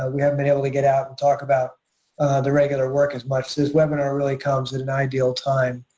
ah we haven't been able to get out and talk about the regular work as much. so this webinar really comes at an ideal time.